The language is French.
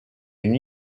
une